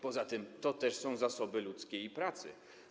Poza tym to też są zasoby ludzkiej pracy.